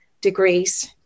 degrees